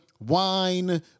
wine